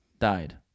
died